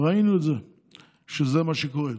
ראינו שזה מה שקורה.